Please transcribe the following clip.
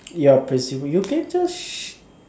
you are presuming you can just